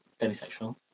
demisexual